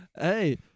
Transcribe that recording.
Hey